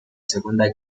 segunda